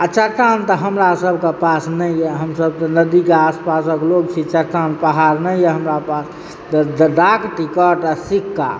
आ चक्का तऽ हमरासभ के पास नहि अछि हमसभ तऽ नदी के पासक लोक छी चक्का मे पहाड़ नहि अछि हमरा पास तऽ डाक टिकट आ सिक्का